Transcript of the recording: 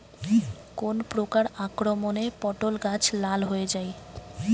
কোন প্রকার আক্রমণে পটল গাছ লাল হয়ে যায়?